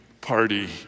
party